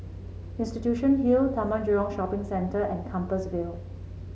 Institution Hill Taman Jurong Shopping Center and Compassvale